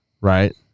right